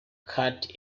cut